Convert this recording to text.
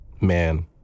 man